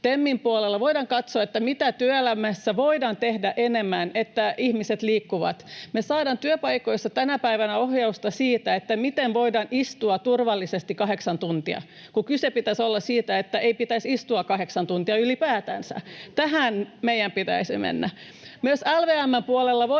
TEMin puolella voidaan katsoa, mitä työelämässä voidaan tehdä enemmän, että ihmiset liikkuvat. Me saadaan työpaikoilla tänä päivänä ohjausta siitä, miten voidaan istua turvallisesti kahdeksan tuntia, kun kyse pitäisi olla siitä, että ei pitäisi istua kahdeksaa tuntia ylipäätänsä. Tähän meidän pitäisi mennä.